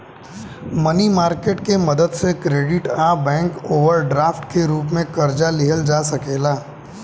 मनी market के मदद से क्रेडिट आ बैंक ओवरड्राफ्ट के रूप में कर्जा लिहल जा सकेला